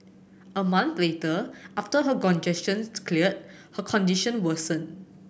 a month later after her congestion cleared her condition worsened